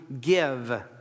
give